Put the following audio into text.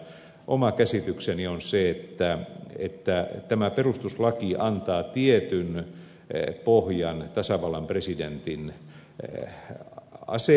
oma käsitykseni on se että tämä perustuslaki antaa tietyn pohjan tasavallan presidentin asemalle